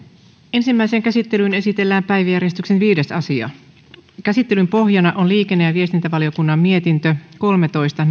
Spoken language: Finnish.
ensimmäiseen käsittelyyn esitellään päiväjärjestyksen viides asia käsittelyn pohjana on liikenne ja viestintävaliokunnan mietintö kolmetoista